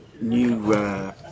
new